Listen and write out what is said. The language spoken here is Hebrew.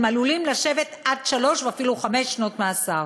הם עלולים לשבת עד שלוש ואפילו עד חמש שנות מאסר.